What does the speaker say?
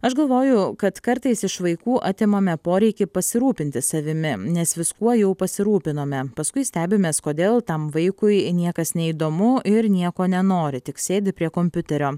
aš galvoju kad kartais iš vaikų atimame poreikį pasirūpinti savimi nes viskuo jau pasirūpinome paskui stebimės kodėl tam vaikui niekas neįdomu ir nieko nenori tik sėdi prie kompiuterio